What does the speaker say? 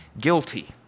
guilty